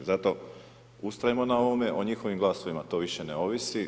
Zato ustrajemo na ovome, o njihovim glasovima to više ne ovisi.